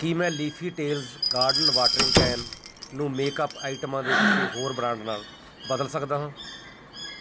ਕੀ ਮੈਂ leafy tails garden watering can ਨੂੰ makeup ਆਈਟਮਾਂ ਦੇ ਕਿਸੇ ਹੋਰ ਬ੍ਰਾਂਡ ਨਾਲ ਬਦਲ ਸਕਦਾ ਹਾਂ